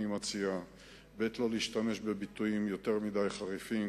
לא להשתמש בביטויים יותר מדי חריפים,